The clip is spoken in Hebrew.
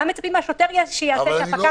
מה מצפים מן השוטר שיעשה ושהפקח לא יעשה?